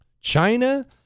China